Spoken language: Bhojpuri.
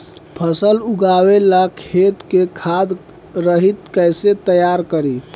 फसल उगवे ला खेत के खाद रहित कैसे तैयार करी?